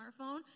smartphone